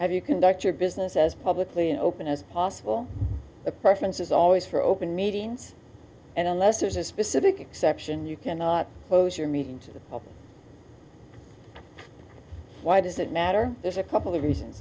have you conduct your business as publicly and open as possible the preference is always for open meetings and unless there's a specific exception you cannot close your meeting to why does it matter there's a couple of reasons